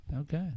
Okay